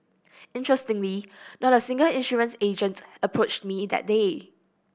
interestingly not a single insurance agent approached me that day